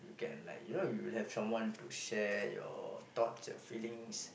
you can like you know you have someone to share your thoughts your feelings